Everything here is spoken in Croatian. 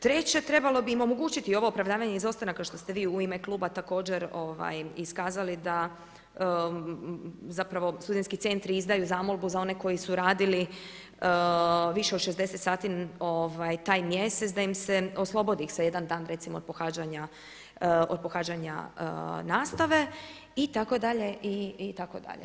Treće trebalo bi im omogućiti ovo opravdavanje izostanaka što ste vi u ime kluba također iskazali da zapravo studentski centri izdaju zamolbu za one koji su radili više od 60 sati taj mjesec, da im se oslobodi ih se jedan dan od pohađanja nastave itd., itd.